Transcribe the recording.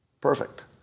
Perfect